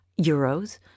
euros